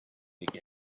again